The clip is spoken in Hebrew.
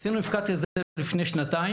עשינו את המפקד הזה לפני שנתיים,